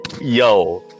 yo